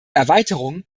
erweiterung